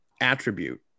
attribute